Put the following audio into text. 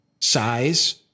size